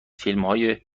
فیلمهای